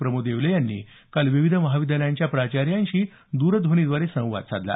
प्रमोद येवले यांनी काल विविध महाविद्यालयांच्या प्राचाऱ्यांशी दरध्वनीद्वारे संवाद साधला